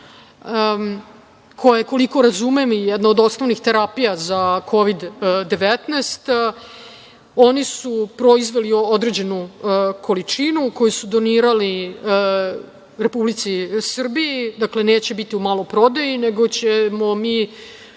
koji je, koliko razumem, jedno od osnovnih terapija za Kovid - 19. Oni su proizveli određenu količinu, koju su donirali Republici Srbiji. Dakle, neće biti u maloprodaji, nego ćemo mi